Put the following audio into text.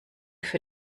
für